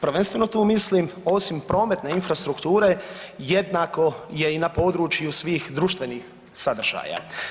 Prvenstveno tu mislim osim prometne infrastrukture jednako je i na području svih društvenih sadržaja.